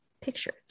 picture